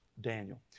Daniel